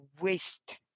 waste